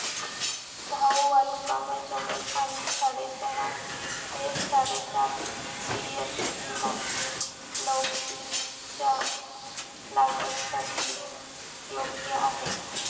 भाऊ वालुकामय जमीन आणि साडेसहा ते साडेसात पी.एच.ची माती लौकीच्या लागवडीसाठी योग्य आहे